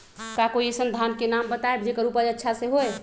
का कोई अइसन धान के नाम बताएब जेकर उपज अच्छा से होय?